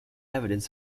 evidence